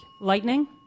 Lightning